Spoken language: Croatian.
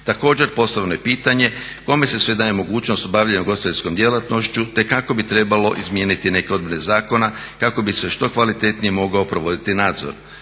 Također postavljeno je i pitanje kome se sve daje mogućnost bavljenja ugostiteljskom djelatnošću te kako bi trebalo izmijeniti neke odredbe zakona kako bi se što kvalitetnije mogao provoditi nadzor.